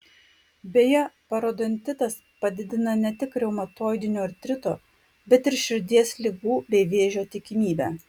beje parodontitas padidina ne tik reumatoidinio artrito bet ir širdies ligų bei vėžio tikimybę